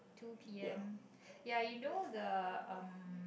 two p_m ya you know the um